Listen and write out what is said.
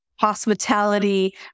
hospitality